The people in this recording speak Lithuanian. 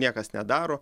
niekas nedaro